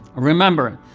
remember,